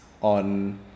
on